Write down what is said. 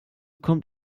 kommt